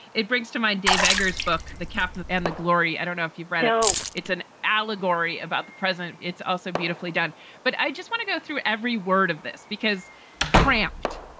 it brings to mind dave eggers book, the captain and the glory. i don't know if you've read, though. it's an allegory about the present. it's also beautifully done but i just want to go through every word of this because cramped,